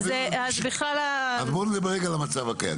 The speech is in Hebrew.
נדבר רגע על המצב הקיים,